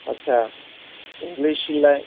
اچھا انگلش لین